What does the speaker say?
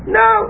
no